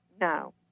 No